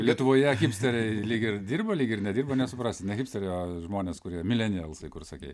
lietuvoje hipsteriai lyg ir dirba lyg ir nedirba nesuprasi ne hipsteriai o žmonės kurie milenijelsai kur sakei